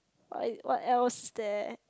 what is what else is there